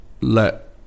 let